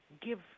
give